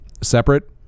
separate